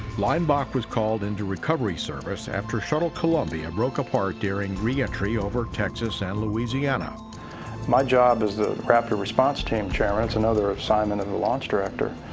leinbach was called into recovery service after shuttle columbia broke apart during reentry over texas and louisiana. leinbach my job as the rapid response team chairman, it's another assignment of the launch director,